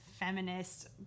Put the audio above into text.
feminist